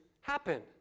happen